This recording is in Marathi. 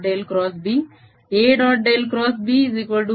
AB W120dr B